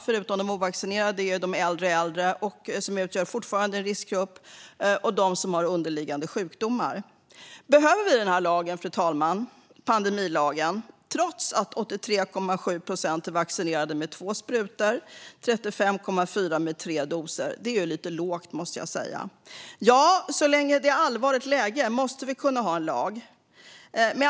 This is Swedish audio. Förutom de ovaccinerade är det de äldre äldre, som fortfarande utgör en riskgrupp, och de som har underliggande sjukdomar. Behöver vi den här lagen, fru talman? Behöver vi pandemilagen trots att 83,7 procent är vaccinerade med två sprutor och 35,4 procent med tre doser? Det är lite lågt, måste jag säga. Ja, så länge det är ett allvarligt läge måste vi kunna ha en lag.